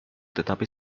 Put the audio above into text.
tetapi